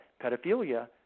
pedophilia